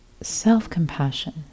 self-compassion